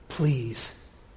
Please